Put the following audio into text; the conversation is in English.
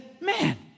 man